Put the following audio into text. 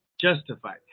Justified